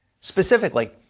Specifically